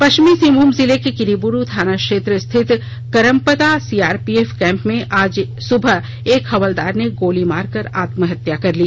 पश्चिमी सिंहभूम जिले के किरीबुरू थानाक्षेत्र स्थित करम्पदा सीआरपीएफ कैंप में आज सुबह एक हवलदार ने गोली मारकर आत्महत्या कर ली